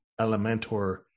Elementor